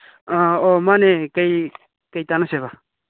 ꯑꯣ ꯃꯥꯅꯦ ꯀꯩ ꯀꯩ ꯇꯥꯅꯁꯦꯕ